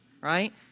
right